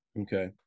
Okay